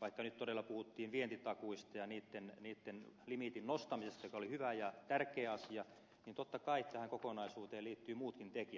vaikka nyt todella puhuttiin vientitakuista ja niitten limiitin nostamisesta joka oli hyvä tärkeä asia niin totta kai tähän kokonaisuuteen liittyvät muutkin tekijät